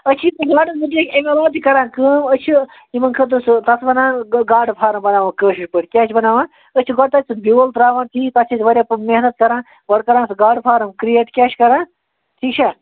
أسۍ چھِ گاڈن مُتعلِق اَمہِ علاوٕ تہِ کَران کٲم أسۍ چھِ یِمَن خٲطرٕ سُہ تَتھ وَنان گاڈٕ فارَم بَناوان کٲشِر پٲٹھۍ کیٛاہ چھِ بَناوان أسۍ چھِ گۄڈٕ تَتہِ سُہ بیوٚل ترٛاوان کِہیٖنٛۍ تَتھ چھِ أسۍ واریاہ محنت کَران گۄڈٕ کَران سُہ گاڈٕ فارَم کریٹ کیٛاہ چھِ کَران ٹھیٖک چھا